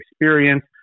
experience